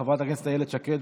חברת הכנסת איילת שקד,